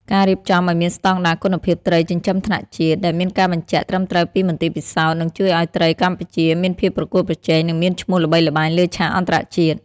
ការរៀបចំឱ្យមានស្តង់ដារគុណភាពត្រីចិញ្ចឹមថ្នាក់ជាតិ ដែលមានការបញ្ជាក់ត្រឹមត្រូវពីមន្ទីរពិសោធន៍ នឹងជួយឱ្យត្រីកម្ពុជាមានភាពប្រកួតប្រជែង និងមានឈ្មោះល្បីល្បាញលើឆាកអន្តរជាតិ។